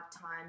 time